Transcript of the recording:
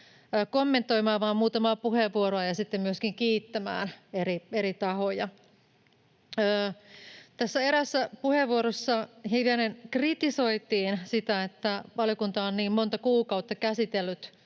kommentoimaan vain muutamaa puheenvuoroa ja sitten myöskin kiittämään eri tahoja. Eräässä puheenvuorossa hivenen kritisoitiin sitä, että valiokunta on niin monta kuukautta käsitellyt